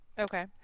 Okay